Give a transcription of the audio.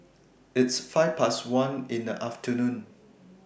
its five Past one in The afternoon